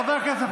חברי הכנסת,